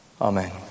Amen